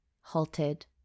halted